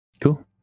cool